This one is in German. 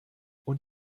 und